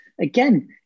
again